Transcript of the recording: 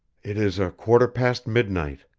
it is a quarter past midnight.